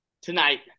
tonight